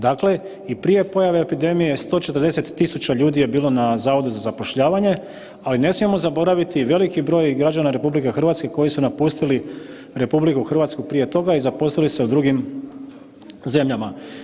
Dakle, i prije pojave epidemije, 140 tisuća ljudi je bilo na Zavodu za zapošljavanje, ali ne smijemo zaboraviti veliki broj građana RH koji su napustili RH prije toga i zaposlili se u drugim zemljama.